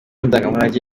ndangamurage